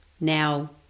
now